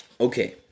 Okay